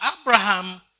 Abraham